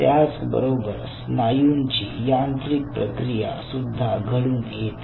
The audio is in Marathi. त्याच बरोबर स्नायूंची यांत्रिक प्रक्रिया सुद्धा घडून येते